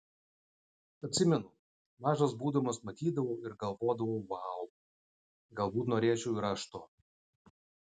atsimenu mažas būdamas matydavau ir galvodavau vau galbūt norėčiau ir aš to